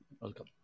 Welcome